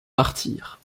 martyre